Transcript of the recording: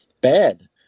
bad